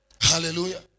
Hallelujah